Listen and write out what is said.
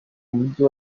mujyi